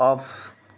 off